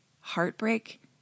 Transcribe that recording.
heartbreak